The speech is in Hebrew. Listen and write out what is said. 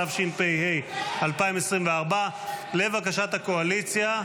התשפ"ה 2024. לבקשת הקואליציה,